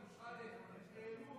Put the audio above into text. סמי,